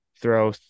throw